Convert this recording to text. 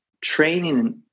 training